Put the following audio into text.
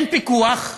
אין פיקוח,